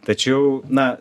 tačiau na